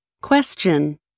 Question